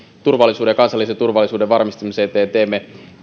turvallisuuden ja kansallisen turvallisuuden varmistamisen eteen teemme